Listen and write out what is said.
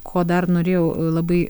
ko dar norėjau labai